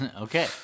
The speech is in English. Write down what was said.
okay